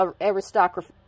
aristocracy